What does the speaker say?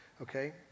okay